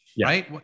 right